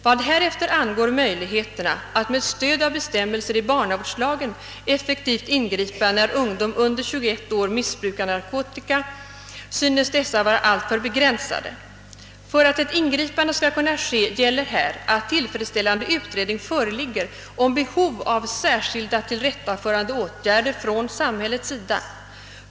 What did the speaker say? Vad härefter angår möjligheterna att med stöd av bestämmelser i barnavårdslagen effektivt ingripa när ungdom under 21 år missbrukar narkotiska medel synes dessa vara alltför begränsade. För att ett ingripande skall kunna ske gäller här att tillfredsställande utredning föreligger om behov av särskilda tillrättaförande åtgärder från samhällets sida.